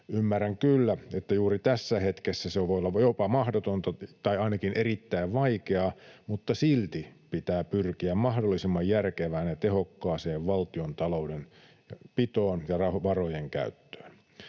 Ymmärrän kyllä, että juuri tässä hetkessä se voi olla jopa mahdotonta tai ainakin erittäin vaikeaa, mutta silti pitää pyrkiä mahdollisimman järkevään ja tehokkaaseen valtiontaloudenpitoon ja varojen käyttöön.